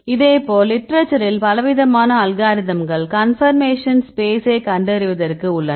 இதேபோல் லிட்டரேச்சரில் பலவிதமான அல்காரிதம்கள் கன்பர்மேஷன் ஸ்பேஸ் ஐ கண்டறிவதற்கு உள்ளன